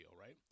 right